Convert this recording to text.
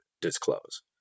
disclose